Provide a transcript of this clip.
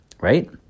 right